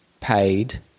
paid